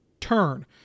turn